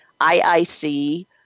IIC